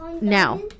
now